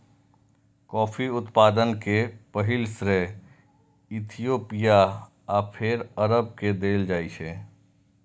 coffee उत्पादन के पहिल श्रेय इथियोपिया आ फेर अरब के देल जाइ छै